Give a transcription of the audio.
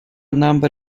number